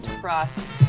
trust